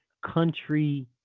country